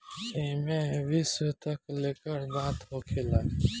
एईमे विश्व तक लेके बात होखेला